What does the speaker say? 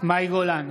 מאי גולן,